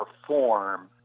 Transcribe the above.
perform